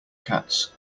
cats